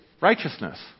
righteousness